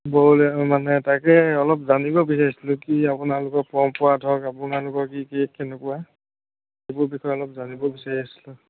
বড়ো মানে তাকে অলপ জানিব বিচাৰিছিলোঁ কি আপোনালোকৰ পৰম্পৰা ধৰক আপোনালোকৰ কি কি কেনেকুৱা সেইবোৰৰ বিষয়ে অলপ জানিব বিচাৰি আছিলোঁ